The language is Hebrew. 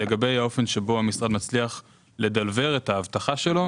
לגבי האופן שבו המשרד מצליח לדלוור את ההבטחה שלו